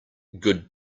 good